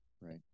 Right